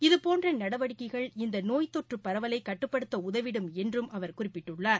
இத்போன்ற நடவடிக்கைகள் இந்த நோய் தொற்றுப் பரவலை கட்டுப்படுத்த உதவிடும் என்றும் அவர் குறிப்பிட்டுள்ளார்